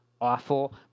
awful